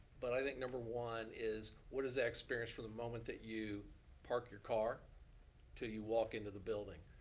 but i think number one is, what is the experience from the moment that you park your car til you walk into the building.